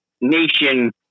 nation